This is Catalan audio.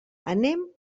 anem